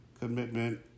commitment